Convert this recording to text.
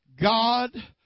God